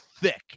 thick